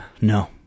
no